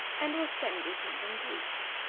and will send you something to eat.